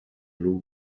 blue